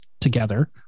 together